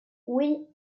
oui